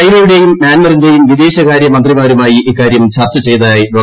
ചൈനയുടേയും മ്യാൻമാറിന്റേയും വിദേശ കാര്യ മന്ത്രിമാരുമായി ഇക്കാര്യം ചർച്ച ചെയ്തതായി ഡോ